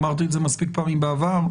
אמרתי את זה מספיק פעמים בעבר.